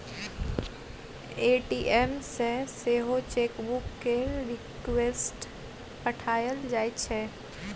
ATM सँ सेहो chequebook केर रिक्वेस्ट पठाएल जाइ छै